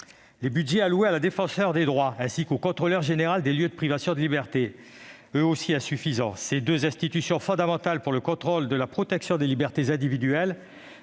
Les budgets alloués au Défenseur des droits ainsi qu'au Contrôleur général des lieux de privation de liberté sont eux aussi insuffisants : ces deux institutions fondamentales pour le contrôle et la protection des libertés individuelles